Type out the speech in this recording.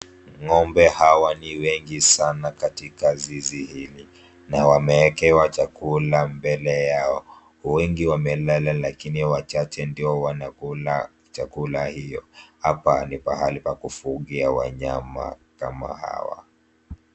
Ng'ombe hawa ni wengi sana katika zizi hili na wameekewa chakula mbele yao. Wengi wamelala lakini wachache ndio wanakula chakula hiyo. Hapa ni pahali pa kufugia wanyama kama hawa.